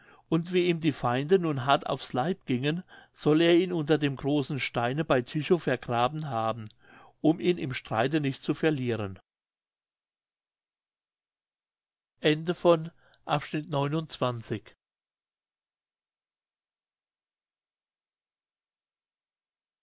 und wie ihm die feinde nun hart aufs leib gingen soll er ihn unter dem großen steine bei tychow vergraben haben um ihn im streite nicht zu verlieren